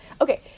Okay